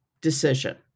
decision